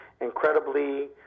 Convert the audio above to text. incredibly